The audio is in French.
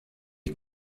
les